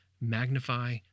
magnify